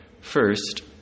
First